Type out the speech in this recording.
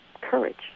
courage